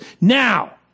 Now